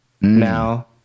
now